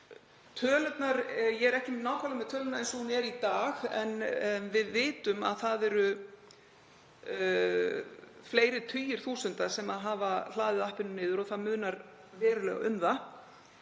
Ég er ekki nákvæmlega með töluna eins og hún er í dag, en við vitum að það eru fleiri tugir þúsunda sem hafa hlaðið því niður og það munar verulega um það.